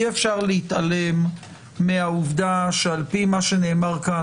אי אפשר להתעלם מהעובדה שעל פי מה שנאמר כאן,